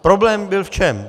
Problém byl v čem?